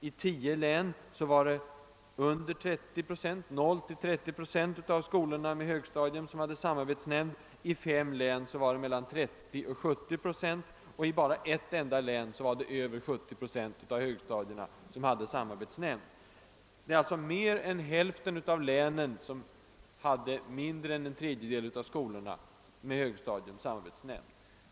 I tio län hade 0—30 procent av skolorna med högstadium samarbetsnämnd, medan motsvarande procenttal för fem län var 30—70. I ett enda län var det över 70 procent av skolorna med högstadium som hade samarbetsnämnd. I över hälften av länen hade alltså mindre än en tredjedel av skolorna med högstadium samarbetsnämnd.